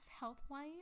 health-wise